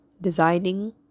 designing